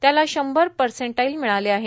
त्याला शंभर परसेंटाईल मिळाले आहे